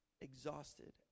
exhausted